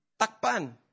Takpan